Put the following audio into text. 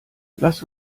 lass